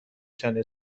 چندین